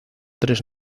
tres